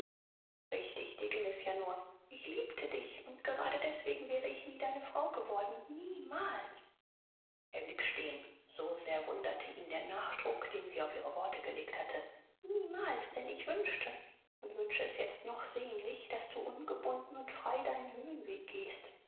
richtig dir ging es ja nur ich liebte dich und gerade deswegen wäre ich nie deine frau geworden niemals er blieb stehen so sehr wunderte ihn der nachdruck den sie auf ihre worte gelegt hatte niemals denn ich wünschte und wünsche es jetzt noch sehnlich daß du ungebunden und frei deinen höhenweg gehst